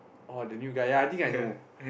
oh the new guy ya I think I know